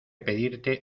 pedirte